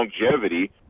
longevity